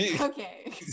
okay